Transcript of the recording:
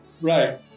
Right